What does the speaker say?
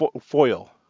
foil